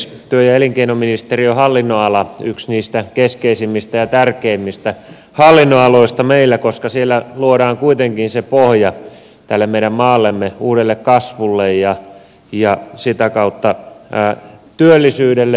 työ ja elinkeinoministeriön hallinnonala on yksi niistä keskeisimmistä ja tärkeimmistä hallinnonaloista meillä koska siellä luodaan kuitenkin se pohja tälle meidän maallemme uudelle kasvulle ja sitä kautta työllisyydelle yrittäjyydelle